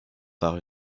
par